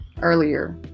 earlier